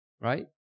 right